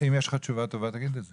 אם יש לך תשובה טובה תגיד את זה.